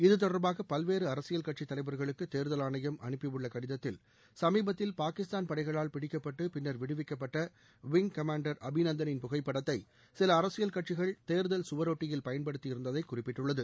இத்தொடர்பாக பல்வேறு அரசியல் கட்சித்தலைவர்களுக்கு தேர்தல் ஆணையம் அனுப்பியுள்ள கடிதத்தில் சமீபத்தில் பாகிஸ்தான் படைகளால் பிடிக்கப்பட்டு பின்னர் விடுவிக்கப்பட்ட விங் காமாண்டர் அபிநந்தனின் புகைப்படத்தை சில அரசியல் கட்சிகள் தேர்தல் கவரொட்டியில் பயன்படுத்தியிருந்ததை குறிப்பிட்டுள்ளது